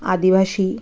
আদিবাসী